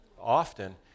often